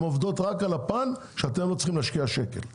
עובדות רק על הפן שבו אתם לא צריכים להשקיע כסף.